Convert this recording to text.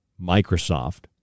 Microsoft